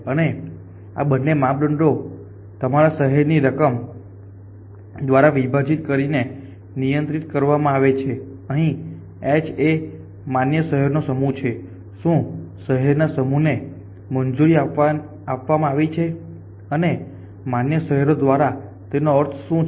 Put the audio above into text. અને આ બંને માપદંડો તમામ શહેરોની રકમ ∑ τihαηihβ દ્વારા વિભાજિત કરીને નિયંત્રિત કરવામાં આવે છે અહીં h એ માન્ય શહેરનો સમૂહ છે શું શહેરના સમૂહને મંજૂરી આપવામાં આવી છે અને માન્ય શહેરો દ્વારા તેનો અર્થ શું છે